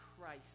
Christ